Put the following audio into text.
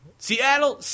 seattle